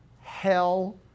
hell